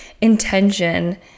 intention